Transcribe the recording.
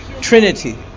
Trinity